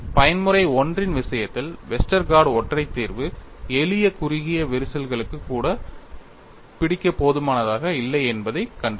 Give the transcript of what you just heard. பயன்முறை I இன் விஷயத்தில் வெஸ்டர்கார்ட் ஒற்றை தீர்வு எளிய குறுகிய விரிசல்களுக்கு கூட பிடிக்க போதுமானதாக இல்லை என்பதைக் கண்டறிந்தோம்